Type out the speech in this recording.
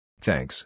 Thanks